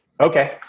okay